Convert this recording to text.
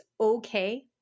okay